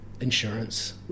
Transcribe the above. insurance